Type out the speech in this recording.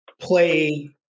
play